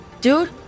Dude